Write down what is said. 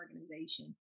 organization